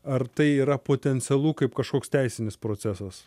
ar tai yra potencialu kaip kažkoks teisinis procesas